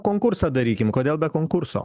konkursą darykim kodėl be konkurso